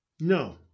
No